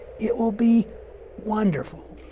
it will be wonderful.